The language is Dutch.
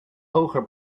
hoger